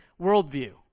worldview